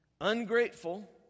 ungrateful